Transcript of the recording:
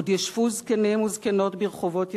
עוד ישבו זקנים וזקנות ברחובות ירושלים,